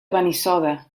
benissoda